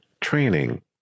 training